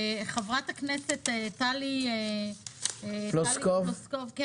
וחברת הכנסת טלי פלוסקוב ניסתה להוביל את זה,